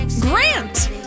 Grant